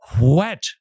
wet